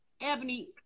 Ebony